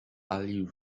ali